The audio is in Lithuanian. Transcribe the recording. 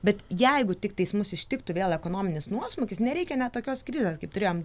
bet jeigu tiktais mus ištiktų vėl ekonominis nuosmukis nereikia net tokios krizės kaip turėjom